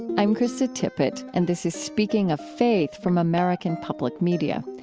i'm krista tippett and this is speaking of faith from american public media.